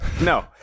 No